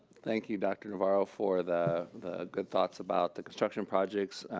thank you, dr. navarro, for the the good thoughts about the construction projects.